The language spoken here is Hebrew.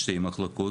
שתי מחלקות.